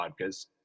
vodkas